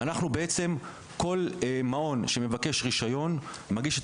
בעצם כל מעון שמבקש רישיון מגיש את